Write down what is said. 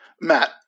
Matt